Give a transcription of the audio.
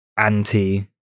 anti